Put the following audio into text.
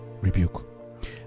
rebuke